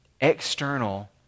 external